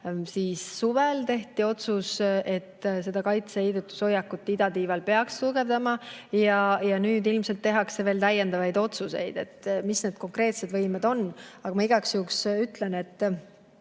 Juba suvel tehti otsus, et kaitse‑ ja heidutushoiakut idatiival peaks tugevdama, ja nüüd ilmselt tehakse veel täiendavaid otsuseid, mis need konkreetsed võimed on. Ma igaks juhuks ütlen, et